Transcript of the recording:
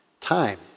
Time